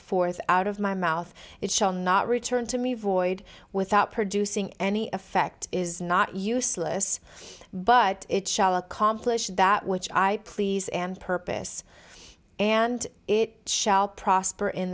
forth out of my mouth it shall not return to me void without producing any effect is not useless but it shall accomplish that which i please and purpose and it shall prosper in